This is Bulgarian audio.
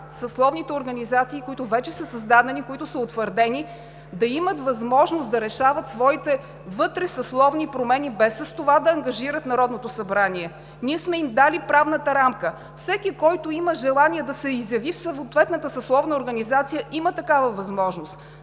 съсловните организации, които вече са създадени, които са утвърдени, да имат възможност да решават своите вътресъсловни промени, без с това да ангажират Народното събрание. Ние сме им дали правната рамка. Всеки, който има желание да се изяви в съответната съсловна организация, има такава възможност,